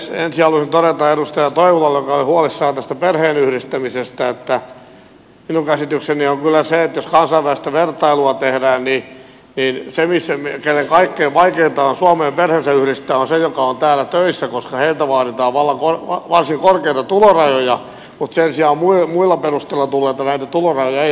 ensin haluaisin todeta edustaja toivolalle joka oli huolissaan perheenyhdistämisestä että minun käsitykseni on kyllä se että jos kansainvälistä vertailua tehdään niin se kenellä kaikkein vaikeinta on suomeen perheensä yhdistää on se joka on täällä töissä koska heiltä vaaditaan varsin korkeita tulorajoja mutta sen sijaan muilla perusteilla tulleilta näitä tulorajoja ei vaadita